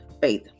faith